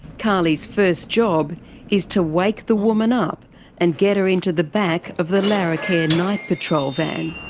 carly's first job is to wake the woman up and get her into the back of the larrakia night patrol van.